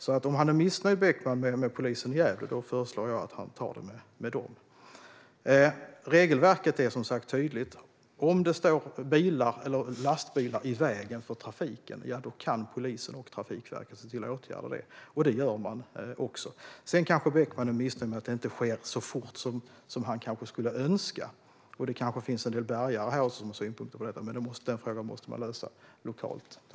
Om Beckman är missnöjd med polisen i Gävle föreslår jag att han tar det med dem. Regelverket är som sagt tydligt. Om det står bilar eller lastbilar i vägen för trafiken kan polisen och Trafikverket se till att åtgärda det, och det gör man också. Sedan kanske Beckman är missnöjd med att det inte sker så fort som han kanske skulle önska, och det kanske finns en del bärgare som har synpunkter på detta, men den frågan måste man lösa lokalt.